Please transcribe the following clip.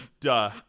Duh